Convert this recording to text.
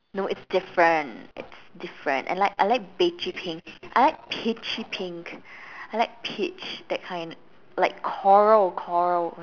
no it's different it's different I like I like beige pink I like peachy pink I like peach that kind like coral coral